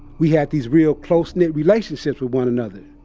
we had these real close knit relationships with one another.